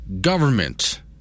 government